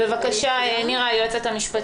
בבקשה, נירה היועצת המשפטית.